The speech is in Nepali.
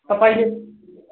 तपाईँले